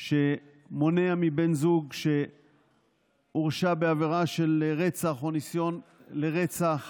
שמונע מבן זוג שהורשע בעבירה של רצח או ניסיון לרצח